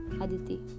Aditi